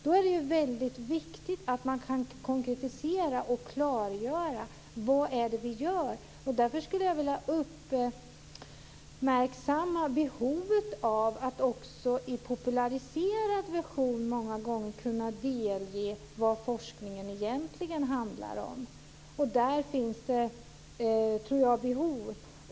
Då är det väldigt viktigt att man kan konkretisera och klargöra vad det är man gör. Därför skulle jag vilja uppmärksamma behovet av att också i populariserad version många gånger kunna delge människor vad forskningen egentligen handlar om. Jag tror att det finns ett behov av detta.